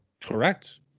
Correct